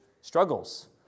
struggles